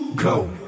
Go